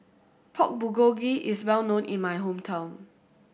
Pork Bulgogi is well known in my hometown